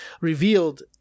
revealed